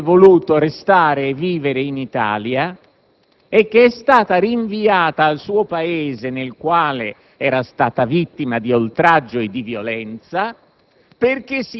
che avrebbe voluto restare e vivere in Italia e che è stata, invece, rinviata nel suo Paese, dove era stata vittima di oltraggio e di violenza,